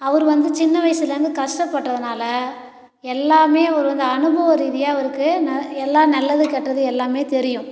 அவர் வந்து சின்ன வயசுலேருந்து கஷ்டப்பட்டதனால எல்லாமே இவர் வந்து அனுபவ ரீதியாக அவருக்கு நல் எல்லா நல்லது கெட்டது எல்லாமே தெரியும்